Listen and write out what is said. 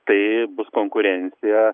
tai bus konkurencija